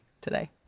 today